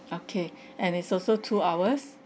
okay and it's also two hours